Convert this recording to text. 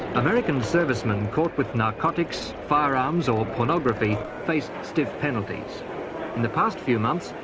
american servicemen caught with narcotics, firearms or pornography faced stiff penalties. in the past few months,